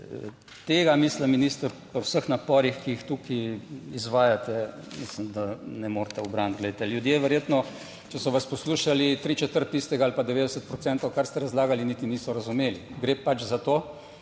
Tega, mislim minister, ob vseh naporih, ki jih tukaj izvajate mislim, da ne morete ubraniti. Glejte, ljudje verjetno, če so vas poslušali tri četrt tistega ali pa 90 procentov, kar ste razlagali, niti niso razumeli. Gre pač za to,